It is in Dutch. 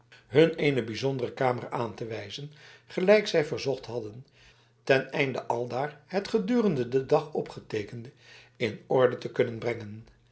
hun een bijzondere kamer aan te wijzen gelijk zij verzocht hadden ten einde aldaar het gedurende den dag opgeteekende in orde te kunnen brengen